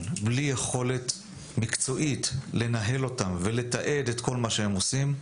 בלי יכולת מקצועית לנהל אותם ולתעד את כל מה שהם עושים,